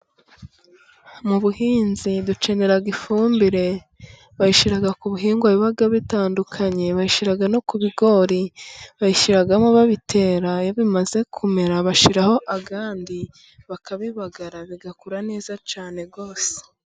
Mu buhinzi dukenera ifumbire, bayishira ku bihingwa biba bitandukanye, bayishyira no ku bigori, bayishyiramo babitera, iyo bimaze kumera bashyiraho akandi bakabibagara, bigakura neza cyane rwose.